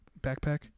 Backpack